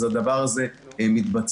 אז הדבר הזה מתבצע.